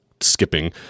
skipping